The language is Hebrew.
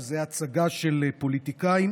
שזו הצגה של פוליטיקאים.